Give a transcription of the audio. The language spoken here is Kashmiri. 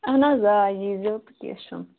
اَہَن حظ آ ییٖزیٚو تہٕ کیٚنٛہہ چھُنہٕ